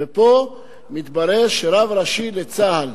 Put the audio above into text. ופה מתברר שרב ראשי לצה"ל,